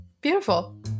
Beautiful